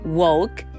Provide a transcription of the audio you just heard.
woke